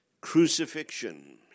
crucifixion